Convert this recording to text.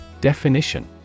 Definition